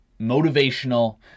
motivational